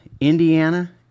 Indiana